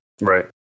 Right